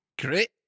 Great